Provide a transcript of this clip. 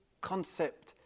concept